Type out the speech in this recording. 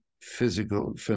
physical